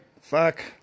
Fuck